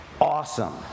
awesome